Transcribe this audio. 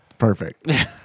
Perfect